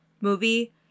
movie